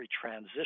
transition